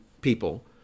people